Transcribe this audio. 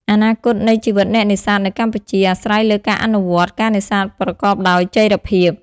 អនាគតនៃជីវិតអ្នកនេសាទនៅកម្ពុជាអាស្រ័យលើការអនុវត្ត ការនេសាទប្រកបដោយចីរភាព។